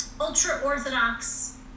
ultra-Orthodox